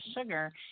sugar